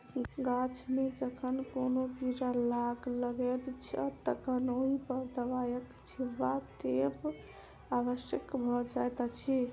गाछ मे जखन कोनो कीड़ा लाग लगैत छै तखन ओहि पर दबाइक छिच्चा देब आवश्यक भ जाइत अछि